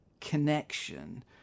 connection